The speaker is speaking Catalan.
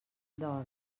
dorm